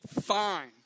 fine